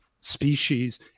species